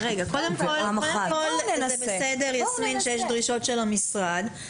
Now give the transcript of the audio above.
קודם כל זה בסדר, יסמין, שיש דרישות של המשרד.